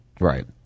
Right